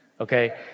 Okay